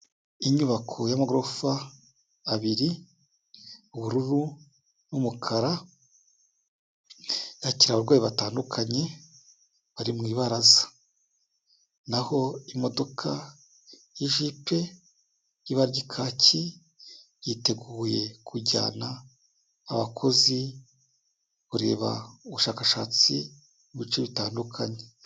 Inyubako y'amagorofa abiri, ubururu, n'umukara, yakira abarwayi batandukanye bari mu ibaraza, naho imodoka y'ijipe y'ibara rya kaki yiteguye kujyana abakozi kureba ubushakashatsi mu bice bitandukanye.